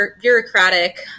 bureaucratic